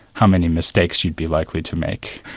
how many mistakes you'd be likely to make.